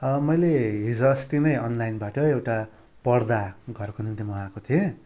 मैले हिजोअस्ति नै अनलाइनबाट एउटा पर्दा घरको निम्ति मगाएको थिएँ